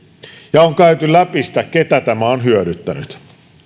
ja on käyty läpi sitä keitä tämä on hyödyttänyt